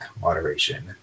moderation